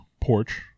porch